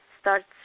starts